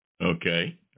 Okay